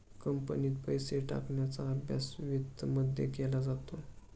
कंपनीत पैसे टाकण्याचा अभ्यास वित्तमध्ये केला जातो